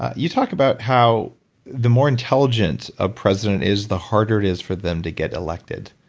you talked about how the more intelligent a president is the harder it is for them to get elected,